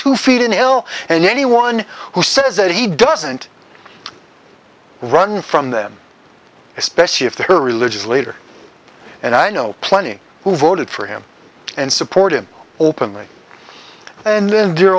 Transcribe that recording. two feet in el and anyone who says that he doesn't run from them especially if they're a religious leader and i know plenty who voted for him and supportive openly and then